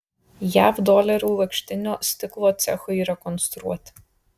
jav dolerių lakštinio stiklo cechui rekonstruoti